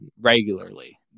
regularly